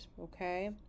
okay